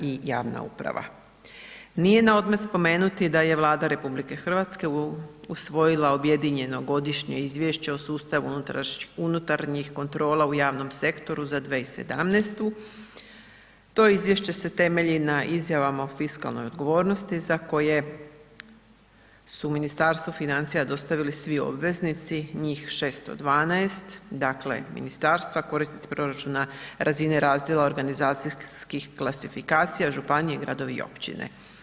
Nije na odmet spomenuti da je Vlada RH usvojila objedinjeno godišnje izvješće o sustavu unutarnjih kontrola u javnom sektoru za 2017., to izvješće se temelji na izjavama o fiskalnoj odgovornosti za koje su Ministarstvo financija dostavili svi obveznici, njih 612, dakle ministarstva, korisnici proračuna razine razdjela, organizacijskih klasifikacija, županije, gradovi i općine.